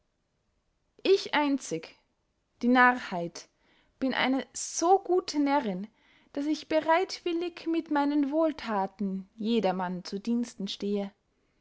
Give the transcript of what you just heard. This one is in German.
ich einzig die narrheit bin eine so gute närrinn daß ich bereitwillig mit meinen wohlthaten jedermann zu diensten stehe